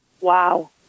Wow